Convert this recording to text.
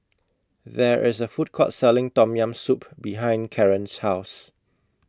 There IS A Food Court Selling Tom Yam Soup behind Karen's House